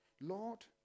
Lord